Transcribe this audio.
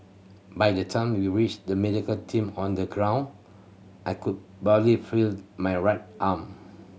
by the time we reached the medical team on the ground I could barely feel my right arm